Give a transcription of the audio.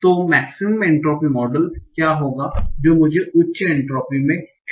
तो maximum entropy model क्या होगा जो मुझे उच्च एन्ट्रापी H y